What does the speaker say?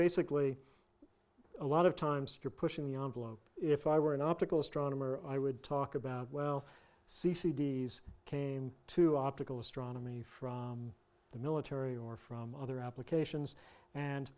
basically a lot of times you're pushing the envelope if i were an optical astronomy or i would talk about well see c d s came to optical astronomy from the military or from other applications and